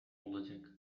olacak